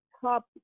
top